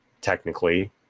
technically